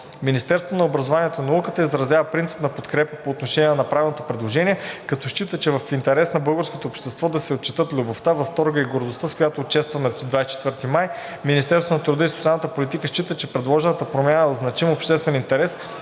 Министерството на образованието и науката изразява принципна подкрепа по отношение на направеното предложение, като счита, че е в интерес на българското общество да се отчетат любовта, възторгът и гордостта, с която честваме 24 май. Министерството на труда и социалната политика счита, че предложената промяна е от значим обществен интерес,